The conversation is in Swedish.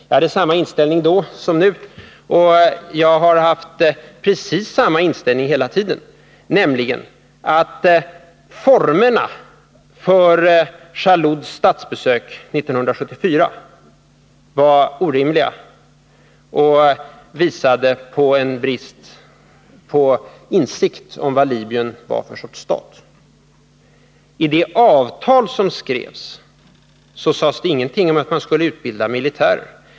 Jag hade samma inställning då som nu — jag har haft precis samma inställning hela tiden — nämligen att formerna för Jallouds statsbesök 1974 var orimliga och visade brist på insikt om vad Libyen var för sorts stat. I det avtal som skrevs sades det ingenting om att man skulle utbilda militärer.